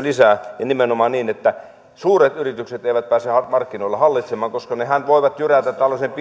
lisää ja nimenomaan niin että suuret yritykset eivät pääse markkinoilla hallitsemaan koska nehän voivat jyrätä tällaisen